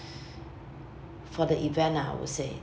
for the event lah I would say